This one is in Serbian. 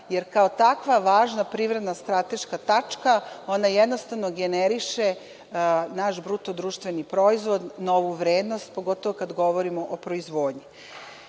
jer kao takva važna privredna strateška tačka ona jednostavno generiše naš BDP, novu vrednost, pogotovo kada govorimo o proizvodnji. Ono